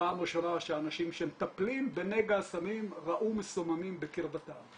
פעם ראשונה שאנשים שמטפלים בנגע הסמים ראו מסוממים בקרבתם.